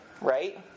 Right